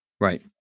Right